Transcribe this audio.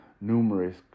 numerous